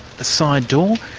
the side door